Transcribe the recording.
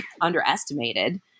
underestimated